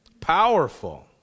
Powerful